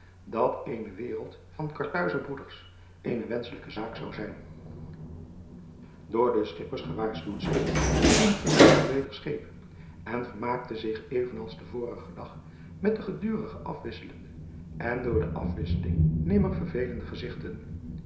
dat eene wereld van arthuizer broeders eene wenschelijke zaak zou zijn oor de chippers gewaarschuwd zijnde ging het gezelschap weder scheep en vermaakte zich even als den vorigen dag met de gedurig afwisselende en door de afwisseling nimmer vervelende gezigten